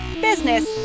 business